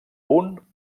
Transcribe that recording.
punt